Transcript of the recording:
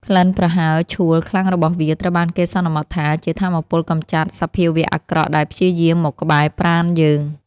ក្លិនប្រហើរឆួលខ្លាំងរបស់វាត្រូវបានគេសន្មតថាជាថាមពលកម្ចាត់សភាវៈអាក្រក់ដែលព្យាយាមមកក្បែរប្រាណយើង។